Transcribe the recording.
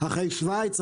אחרי שווייץ,